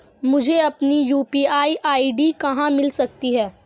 मुझे अपनी UPI ID कहां मिल सकती है?